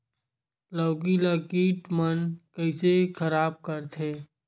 लौकी ला कीट मन कइसे खराब करथे?